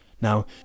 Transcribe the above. Now